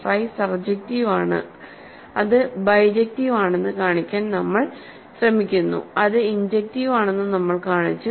phi surjective ആണ് അത് bijective ആണെന്ന് കാണിക്കാൻ നമ്മൾ ശ്രമിക്കുന്നു അത് ഇൻജെക്ടിവ് ആണെന്ന് നമ്മൾ കാണിച്ചു